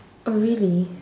oh really